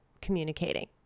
communicating